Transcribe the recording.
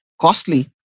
costly